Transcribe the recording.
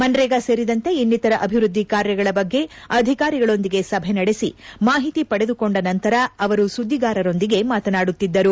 ಮಕ್ರೇಗಾ ಸೇರಿದಂತೆ ಇನ್ನಿತರ ಅಭಿವೃದ್ದಿ ಕಾರ್ಯಗಳ ಬಗ್ಗೆ ಅಧಿಕಾರಿಗಳೊಂದಿಗೆ ಸಭೆ ನಡೆಸಿ ಮಾಹಿತಿ ಪಡೆದುಕೊಂಡ ನಂತರ ಅವರು ಸುದ್ದಿಗಾರರೊಂದಿಗೆ ಮಾತನಾಡುತ್ತಿದ್ದರು